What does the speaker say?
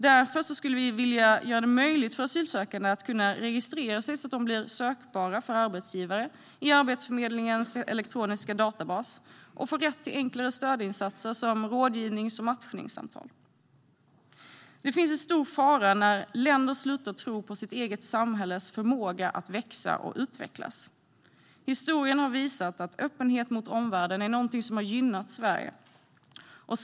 Därför skulle vi vilja göra det möjligt för asylsökande att registrera sig, så att de blir sökbara för arbetsgivare i Arbetsförmedlingens elektroniska databas, och ge dem rätt till enklare stödinsatser som rådgivnings och matchningssamtal. Det finns en stor fara när länder slutar tro på sitt eget samhälles förmåga att växa och utvecklas. Historien har visat att öppenhet mot omvärlden är något som har gynnat Sverige.